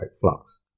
flux